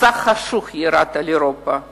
מסך חשוך ירד על אירופה כולה,